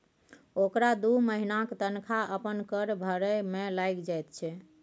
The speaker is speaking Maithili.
ओकरा दू महिनाक तनखा अपन कर भरय मे लागि जाइत छै